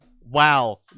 wow